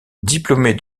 diplômée